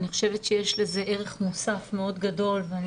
אני חושבת שיש בזה ערך מוסף מאוד גדול ואני